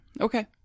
Okay